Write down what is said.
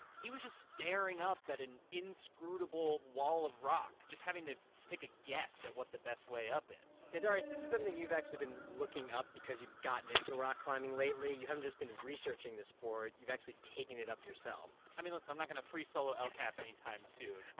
he was just staring up at an inscrutable wall of rock, just having to take a guess at what the best way up is yeah, darius. this is something you've actually been looking up because you've gotten into rock climbing lately. you haven't just been researching this sport you've actually taken it up yourself i mean, listen i'm not going to free solo el cap anytime soon.